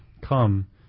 Come